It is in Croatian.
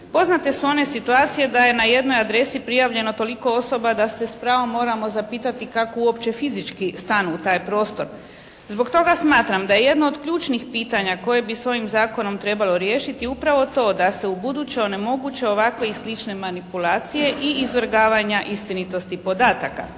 Poznate su one situacije da je na jednoj adresi prijavljeno toliko osoba da se s pravom moramo zapitati kako uopće fizički stanu u taj prostor. Zbog toga smatram da je jedno od ključnih pitanja koje bi se ovim Zakonom trebalo riješiti upravo to da se ubuduće onemoguće ovakve i slične manipulacije i izvrgavanja istinitosti podataka.